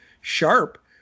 sharp